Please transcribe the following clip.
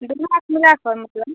दोनों हाथ मिलाकर मतलब